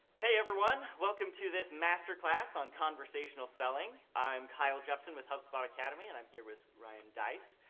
hey everyone, welcome to this master class on conversational selling. i'm kyle jepson with hubspot academy and i'm here with ryan deiss.